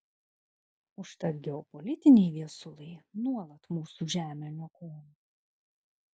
užtat geopolitiniai viesulai nuolat mūsų žemę niokojo